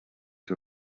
que